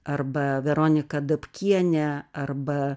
arba veronika dapkienė arba